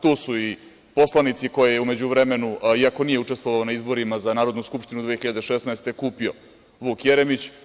Tu su i poslanici koje je u međuvremenu iako nije učestvovao na izborima za Narodnu skupštinu 2016. godine, kupio Vuk Jeremić.